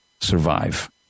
survive